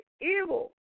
evil